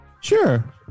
Sure